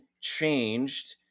changed